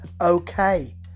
okay